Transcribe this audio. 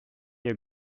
you